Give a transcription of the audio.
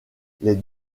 les